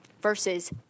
versus